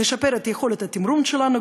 נשפר את יכולת התמרון שלנו.